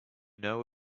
know